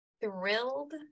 thrilled